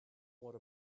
what